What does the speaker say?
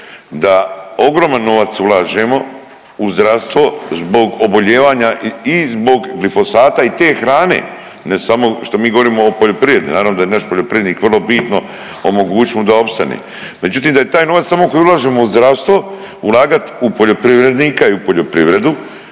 da ogroman novac ulažemo u zdravstvo zbog obolijevanja i zbog glifosata i te hrane, ne samo što mi govorimo o poljoprivredi. Naravno da je naš poljoprivrednik vrlo bitno omogućit mu da opstane, međutim da je taj novac samo koji ulažemo u zdravstvo ulagat u poljoprivrednika i u poljoprivredu